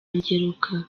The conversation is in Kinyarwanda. ngeruka